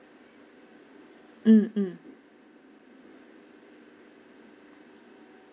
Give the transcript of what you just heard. mm mm